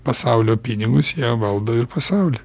pasaulio pinigus jie valdo ir pasaulį